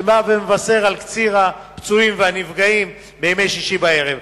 שבאות ומבשרות על קציר הפצועים והנפגעים בימי שישי בערב.